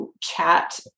chat